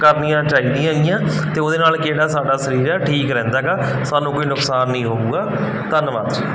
ਕਰਨੀਆਂ ਚਾਹੀਦੀਆਂ ਹੈਗੀਆਂ ਅਤੇ ਉਹਦੇ ਨਾਲ ਕੀ ਜਿਹੜਾ ਸਾਡਾ ਸਰੀਰ ਆ ਠੀਕ ਰਹਿੰਦਾ ਹੈਗਾ ਸਾਨੂੰ ਕੋਈ ਨੁਕਸਾਨ ਨਹੀਂ ਹੋਵੇਗਾ ਧੰਨਵਾਦ ਜੀ